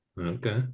Okay